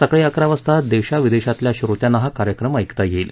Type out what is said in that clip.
सकाळी अकरा वाजता देशविदेशातलया श्रोत्यांना हा कार्यक्रम ऐकता यईल